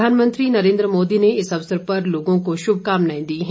प्रधानमंत्री नरेन्द्र मोदी ने इस अवसर पर लोगों को शुभकामनाएं दी हैं